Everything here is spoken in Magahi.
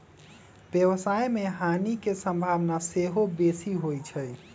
व्यवसाय में हानि के संभावना सेहो बेशी होइ छइ